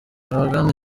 abagana